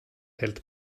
hält